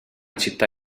città